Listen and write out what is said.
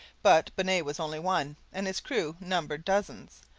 but bonnet was only one, and his crew numbered dozens,